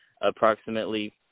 approximately